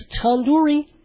tandoori